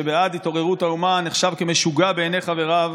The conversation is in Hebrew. שעד התעוררות האומה נחשב כמשוגע בעיני חבריו,